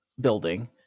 building